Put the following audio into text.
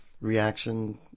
Reaction